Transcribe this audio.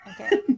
okay